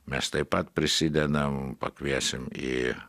mes taip pat prisidedam pakviesim į